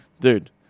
dude